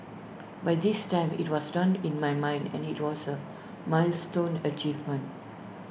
by this time IT was done in my mind and IT was milestone achievement